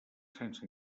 sense